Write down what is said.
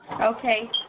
Okay